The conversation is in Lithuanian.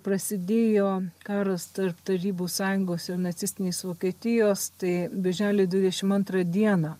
prasidėjo karas tarp tarybų sąjungos ir nacistinės vokietijos tai birželio dvidešim antrą dieną